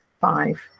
five